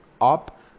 up